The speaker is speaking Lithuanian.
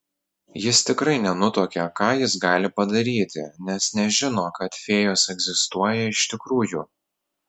jis tikrai nenutuokė ką jis gali padaryti nes nežino kad fėjos egzistuoja iš tikrųjų